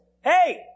Hey